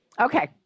Okay